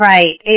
Right